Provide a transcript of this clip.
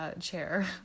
chair